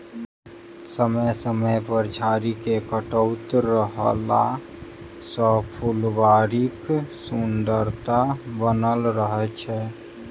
समय समय पर झाड़ी के काटैत रहला सॅ फूलबाड़ीक सुन्दरता बनल रहैत छै